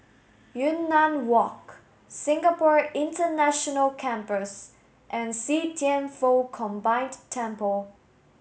Yunnan Walk Singapore International Campus and See Thian Foh Combined Temple